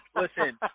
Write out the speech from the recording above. listen